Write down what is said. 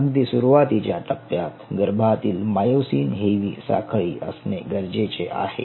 अगदी सुरुवातीच्या टप्प्यात गर्भातील मायोसिन हेवी साखळी असणे गरजेचे आहे